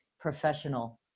professional